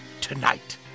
Tonight